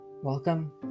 Welcome